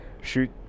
shoot